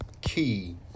key